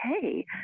hey